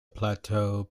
plateau